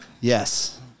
Yes